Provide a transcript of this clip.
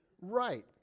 right